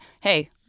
hey